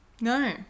No